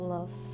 Love